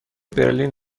برلین